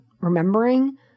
remembering